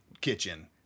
kitchen